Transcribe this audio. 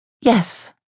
Yes